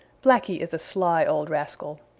blacky is a sly old rascal.